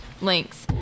links